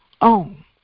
own